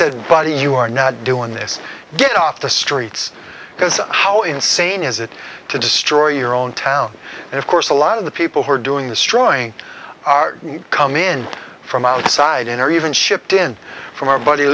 said buddy you are not doing this get off the streets because how insane is it to destroy your own town and of course a lot of the people who are doing the strong come in from outside in or even shipped in from